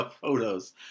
photos